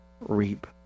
reap